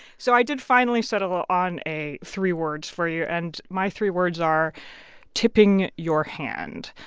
so i did finally settle ah on a three words for you. and my three words are tipping your hand,